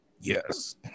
Yes